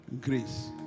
Grace